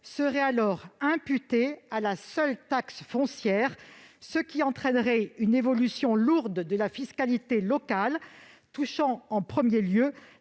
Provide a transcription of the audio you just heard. de 2021, imputé à la seule taxe foncière, ce qui entraînerait une évolution lourde de la fiscalité locale, touchant en premier lieu